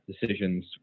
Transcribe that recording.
decisions